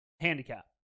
Handicap